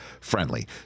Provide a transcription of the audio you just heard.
friendly